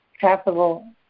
capital